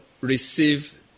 receive